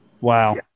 Wow